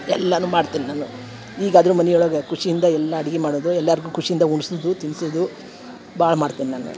ಎಲ್ಲನೂ ಮಾಡ್ತೀನಿ ನಾನು ಈಗ ಅದ್ರ ಮನೆ ಒಳಗೆ ಖುಷಿಯಿಂದ ಎಲ್ಲ ಅಡ್ಗೆ ಮಾಡೋದು ಎಲ್ಲರಿಗೂ ಖುಷಿಯಿಂದ ಉಣಿಸುದು ತಿನಿಸುದು ಭಾಳ ಮಾಡ್ತೇನೆ ನಾನು